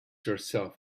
yourself